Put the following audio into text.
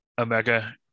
Omega